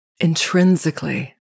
intrinsically